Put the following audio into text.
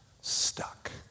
stuck